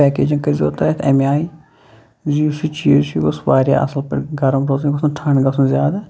packaging کٔرِزیو تُہۍ اَتھ أمۍ آیہِ زِ یُس یہِ چیٖز چھِ یہِ گۄژھ واریاہ اَصٕل پٲٹھۍ گرم روزُن یہِ گۄژھ نہٕ ٹھنٛڈ گژھُن زیادٕ